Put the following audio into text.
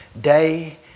day